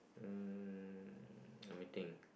um let me think